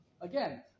Again